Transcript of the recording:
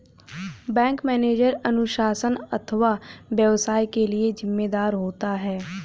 bank manager अनुशासन अथवा व्यवसाय के लिए जिम्मेदार होता है